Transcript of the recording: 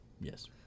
Yes